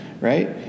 right